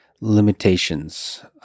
limitations